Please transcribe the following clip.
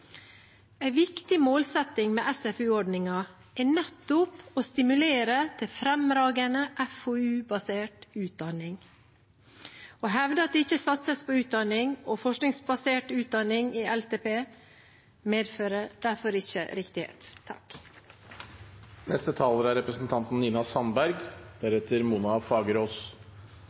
viktig målsetting med SFU-ordningen er nettopp å stimulere til fremragende FoU-basert utdanning. Å hevde at det ikke satses på utdanning og forskningsbasert utdanning i langtidsplanen, medfører derfor ikke riktighet.